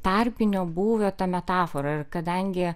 tarpinio būvio ta metafora ir kadangi